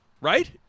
Right